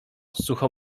sucho